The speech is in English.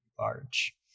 large